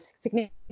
significant